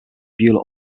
buller